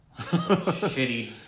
shitty